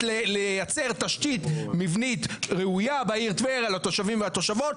לייצר תשתית מבנית ראויה בעיר טבריה לתושבים והתושבות?